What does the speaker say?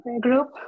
group